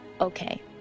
Okay